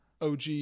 OG